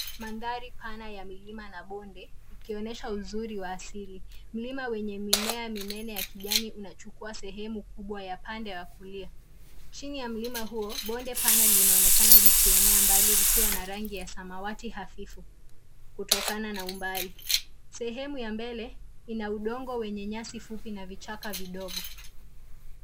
Mandhari pana ya milima na bonde ikonyesha uzuri wa asili. Mlima wenye mimea minene ya kijani unachukua sehemu kubwa ya pande ya kulia. Chini ya mlima huo, bonde pana linaonekana likienea mbali likiwa na rangi ya samawati hafifu kutokana na umbali. Sehemu ya mbele ina udongo wenye nyasi fupi na vichaka vidogo.